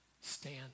stand